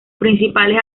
principales